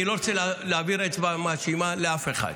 אני לא רוצה להפנות אצבע מאשימה לאף אחד,